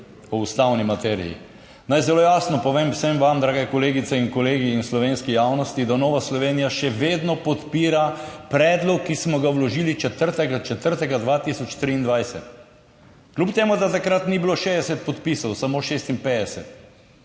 o ustavni materiji. Naj zelo jasno povem, vsem vam drage kolegice in kolegi in slovenski javnosti, da Nova Slovenija še vedno podpira predlog, ki smo ga vložili 4. 4. 2023. Kljub temu, da takrat ni bilo 60 podpisov, samo 56,